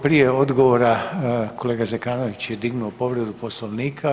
Prije odgovora, kolega Zekanović je dignuo povredu Poslovnika.